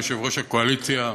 יושב-ראש הקואליציה,